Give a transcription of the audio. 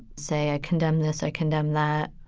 say, i condemn this. i condemn that